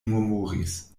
murmuris